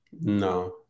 No